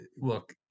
Look